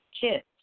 kids